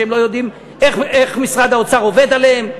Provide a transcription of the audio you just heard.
שלא יודעים איך משרד האוצר עובד עליהם.